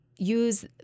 use